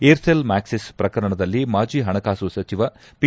Aircel Maxis ಪ್ರಕರಣದಲ್ಲಿ ಮಾಜಿ ಹಣಕಾಸು ಸಚಿವ ಪಿ